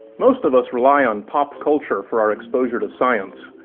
most of us rely on pop culture for our exposure to science.